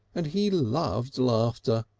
and he loved laughter.